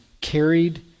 carried